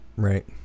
Right